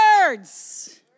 words